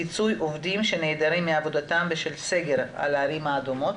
פיצוי עובדים שנעדרים מעבודתם בשל סגר על ערים אדומות.